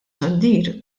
xandir